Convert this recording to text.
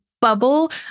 bubble